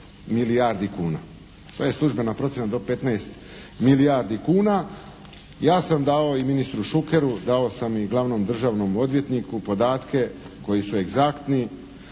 To je službena procjena, do 15 milijardi kuna. Ja sam davao i ministru Šukeru, dao sam i glavnom državnom odvjetniku podatke koji su egzaktni